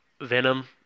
Venom